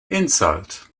insult